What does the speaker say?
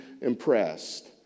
impressed